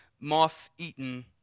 moth-eaten